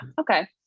Okay